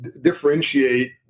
differentiate